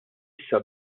issa